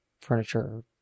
furniture